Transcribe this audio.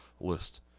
list